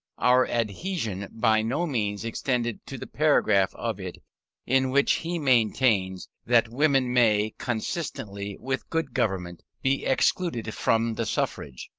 our adhesion by no means extended to the paragraph of it in which he maintains that women may, consistently with good government, be excluded from the suffrage,